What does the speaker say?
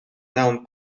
noun